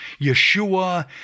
Yeshua